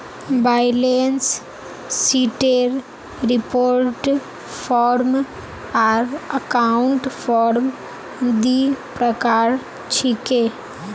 balance शीटेर report form आर account form दी प्रकार छिके